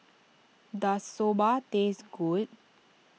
does Soba taste good